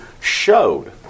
showed